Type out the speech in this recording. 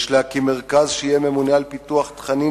יש להקים מרכז שיהיה ממונה על פיתוח תכנים